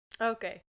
Okay